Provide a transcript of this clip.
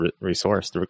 resource